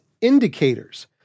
indicators